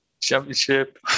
Championship